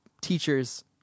teachers